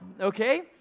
okay